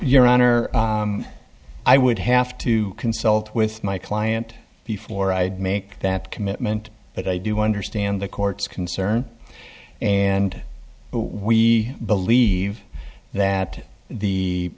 your honor i would have to consult with my client before i'd make that commitment but i do understand the court's concern and we believe that the